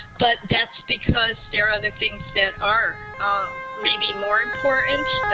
but that's because there are other things that are um maybe more important,